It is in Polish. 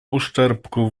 uszczerbku